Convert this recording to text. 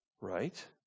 Right